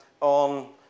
on